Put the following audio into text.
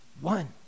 one